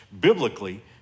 biblically